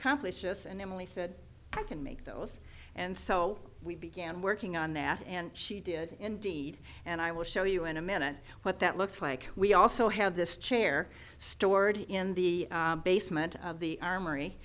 this and then we said i can make those and so we began working on that and she did indeed and i will show you in a minute what that looks like we also have this chair stored in the basement of the armory